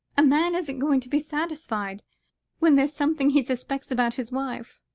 a man isn't going to be satisfied when there's something he suspects about his wife,